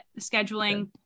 scheduling